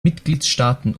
mitgliedstaaten